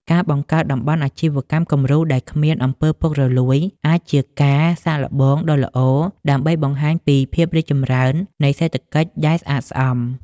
ការបង្កើត "តំបន់អាជីវកម្មគំរូដែលគ្មាន អំពើពុករលួយ" អាចជាការសាកល្បងដ៏ល្អដើម្បីបង្ហាញពីភាពរីកចម្រើននៃសេដ្ឋកិច្ចដែលស្អាតស្អំ។